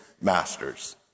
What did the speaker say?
masters